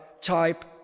type